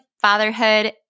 fatherhood